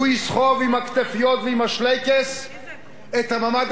והוא יסחב עם הכתפיות ועם השלייקעס את המעמד